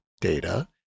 data